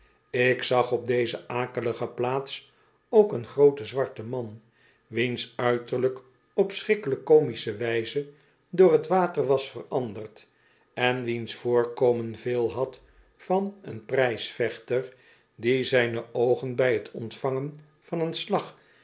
ik zag op deze akelige plaats ook een grooten zwarten man wiens uiterlijk op schrikkelijk comische wijze door t water was veranderd en wiens voorkomen veel had van een prijsvechter die zijne oogen bij t ontvangen van een slag